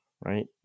right